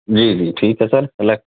جی جی ٹھیک ہے سر الگ